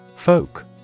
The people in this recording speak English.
Folk